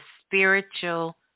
Spiritual